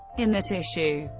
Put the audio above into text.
in that issue,